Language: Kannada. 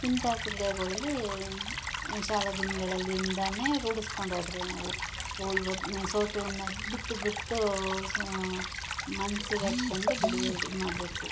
ಇಂಥ ಕ್ರೀಡೆಗಳಲ್ಲಿ ಶಾಲಾ ದಿನಗಳಲ್ಲಿಂದಾನೆ ರೂಢಿಸ್ಕೊಂಡ್ ಹೋದ್ರೆ ನಾವು ಓ ಇವು ಸೋತು ಬಿಟ್ಟು ಬಿಟ್ಟು ಮನ್ಸಿಗೆ ಹಚ್ಕೊಂಡು ಬಿಡಬೇಡಿ ಮಾಡಬೇಕು